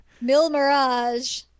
Mil-Mirage